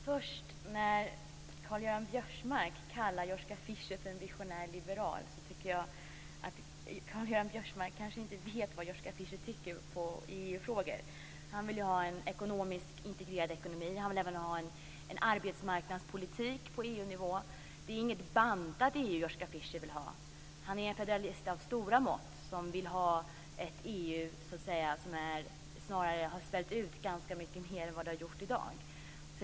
Fru talman! Karl-Göran Biörsmark kallar Joschka Fischer för en visionär liberal. Karl-Göran Biörsmark kanske inte vet vad Joschka Fischer tycker i EU frågor. Han vill ha en ekonomiskt integrerad ekonomi. Han vill även ha en arbetsmarknadspolitik på EU nivå. Det är inget bantat EU som Joschka Fischer vill ha. Han är en federalist av stora mått, som vill se ett EU som snarare har svällt ut ganska mycket mer än vad det har gjort i dag.